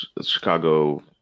Chicago